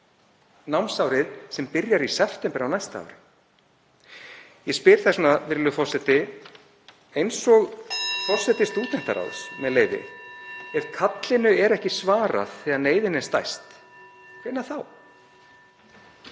námsárið sem byrjar í september á næsta ári. Ég spyr þess vegna, virðulegur forseti, eins og forseti stúdentaráðs, með leyfi: Ef kallinu er ekki svarað þegar neyðin er stærst, hvenær þá?